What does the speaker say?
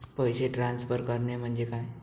पैसे ट्रान्सफर करणे म्हणजे काय?